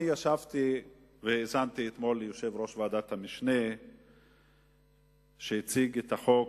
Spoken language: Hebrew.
אני ישבתי והאזנתי אתמול ליושב-ראש ועדת המשנה שהציג את החוק.